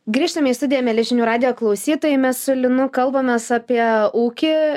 grįžtame į studiją mieli žinių radijo klausytojai mes su linu kalbamės apie ūkį